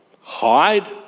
hide